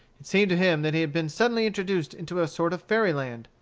it seemed to him that he had been suddenly introduced into a sort of fairy-land.